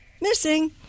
missing